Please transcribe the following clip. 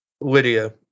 Lydia